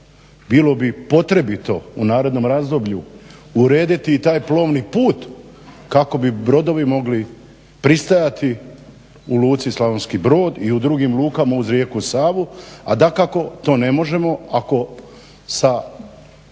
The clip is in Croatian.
Bilo bi potrebito u narednom razdoblju urediti i taj plovni put kako bi brodovi mogli pristajati u luci Slavonski Brod i u drugim lukama uz rijeku Savu a dakako to ne možemo ako sa